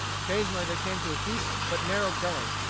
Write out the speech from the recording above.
occasionally they came to a deep but narrow gully.